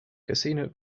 casino